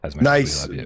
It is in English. nice